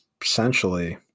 essentially